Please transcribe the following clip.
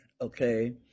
okay